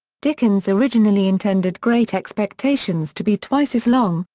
dickens originally intended great expectations to be twice as long,